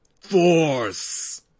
Force